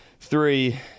Three